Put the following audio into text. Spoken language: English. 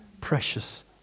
precious